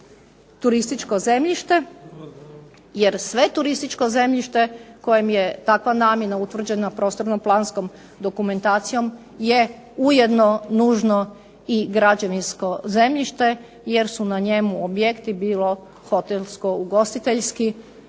turističko zemljište. Jer sve turističko zemljište kojem je takva namjena utvrđena prostorno-planskom dokumentacijom je ujedno nužno i građevinsko zemljište jer su na njemu objekti bilo hotelsko-ugostiteljski,